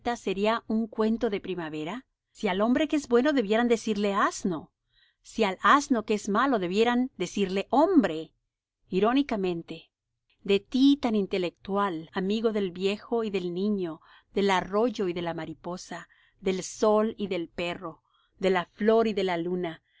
sería un cuento de primavera si al hombre que es bueno debieran decirle asno si al asno que es malo debieran decirle hombre irónicamente de ti tan intelectual amigo del viejo y del niño del arroyo y de la mariposa del sol y del perro de la flor y de la luna